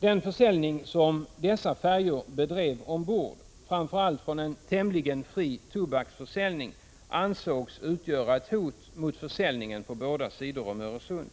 Den försäljning som dessa färjor bedrev ombord, framför allt en tämligen fri tobaksförsäljning, ansågs utgöra ett hot mot försäljningen på båda sidor om Öresund.